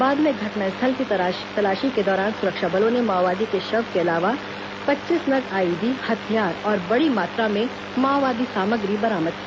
बाद में घटनास्थल ँ की तलाशी के दौरान सुरक्षा बलों ने माओवादी के शव के अलावा पैंतीस नग आईईडी हथियार और बड़ी मात्रा में माओवादी सामग्री बरामद की है